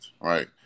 right